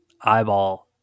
eyeball